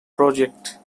project